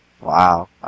wow